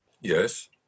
Yes